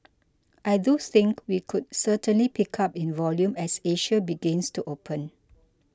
I do think we could certainly pick up in volume as Asia begins to open